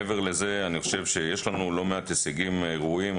מעבר לזה אני חושב שיש לנו לא מעט הישגים ראויים,